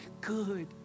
good